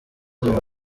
umuntu